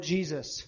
Jesus